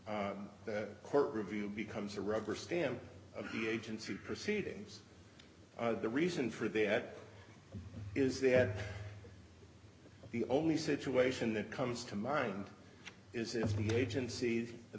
that court review becomes a rubber stamp of the agency proceedings are the reason for that is that the only situation that comes to mind is if the agency